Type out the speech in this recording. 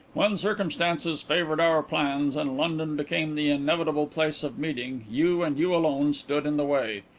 when circumstances favoured our plans and london became the inevitable place of meeting, you and you alone stood in the way.